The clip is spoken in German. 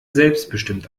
selbstbestimmt